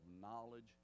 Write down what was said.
knowledge